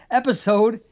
episode